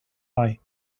eye